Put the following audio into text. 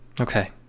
Okay